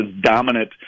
dominant